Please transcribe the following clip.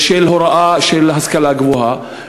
מוסד של השכלה גבוהה.